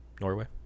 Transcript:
Norway